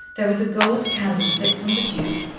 there was a gold candlestick from the duke,